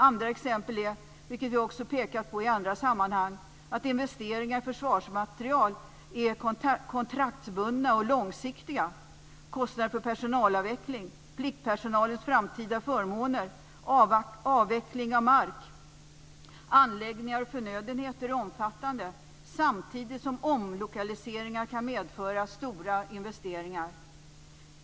Andra exempel är, vilket vi också har pekat på i andra sammanhang, att investeringar i försvarsmateriel är kontraktsbundna och långsiktiga, kostnader för personalavveckling, pliktpersonalens framtida förmåner, avveckling av mark, anläggningar och förnödenheter är omfattande, samtidigt som omlokaliseringar kan medföra stora investeringar.